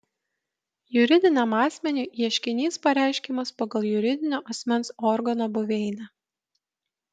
juridiniam asmeniui ieškinys pareiškiamas pagal juridinio asmens organo buveinę